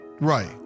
Right